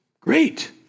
Great